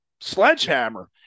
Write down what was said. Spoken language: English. sledgehammer